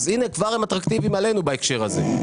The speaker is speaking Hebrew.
הנה הם כבר אטרקטיביים עלינו בהקשר הזה,